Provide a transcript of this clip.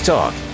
Talk